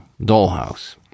Dollhouse